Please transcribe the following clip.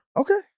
Okay